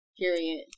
Period